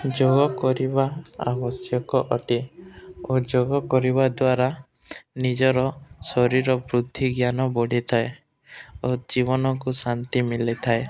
ଯୋଗ କରିବା ଆବଶ୍ୟକ ଅଟେ ଓ ଯୋଗ କରିବା ଦ୍ୱାରା ନିଜର ଶରୀର ବୃଦ୍ଧି ଜ୍ଞାନ ବଢ଼ିଥାଏ ଓ ଜୀବନକୁ ଶାନ୍ତି ମିଳିଥାଏ